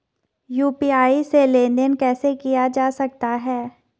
UPI से लेनदेन कैसे किया जा सकता है?